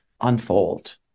unfold